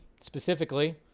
specifically